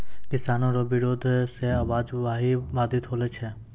किसानो रो बिरोध से आवाजाही बाधित होलो छै